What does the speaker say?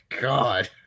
God